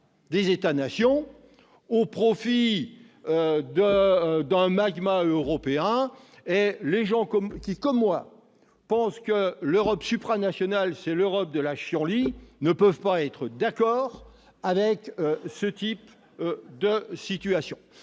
des États-nations au profit d'un magma européen. Ceux qui, comme moi, pensent que l'Europe supranationale, c'est l'Europe de la chienlit, ne peuvent pas soutenir cette proposition.